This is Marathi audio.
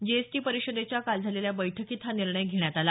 जीएसटी परिषदेच्या काल झालेल्या बैठकीत हा निर्णय घेण्यात आला